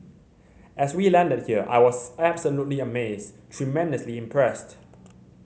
as we landed here I was absolutely amazed tremendously impressed